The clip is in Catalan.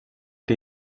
que